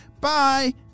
Bye